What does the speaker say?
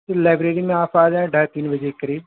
library میں آپ آ جائیں ڈھائی تین بجے کے قریب